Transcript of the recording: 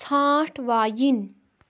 ژھانٛٹ وایِنۍ